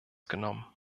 genommen